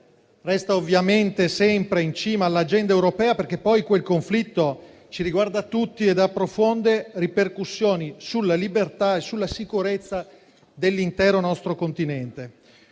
resta, ovviamente, sempre in cima all'agenda europea, perché poi quel conflitto ci riguarda tutti ed ha profonde ripercussioni sulla libertà e sulla sicurezza dell'intero nostro Continente.